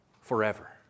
forever